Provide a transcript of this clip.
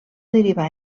derivar